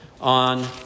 on